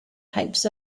types